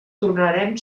tornarem